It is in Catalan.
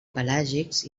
pelàgics